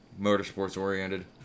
motorsports-oriented